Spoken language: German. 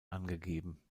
angegeben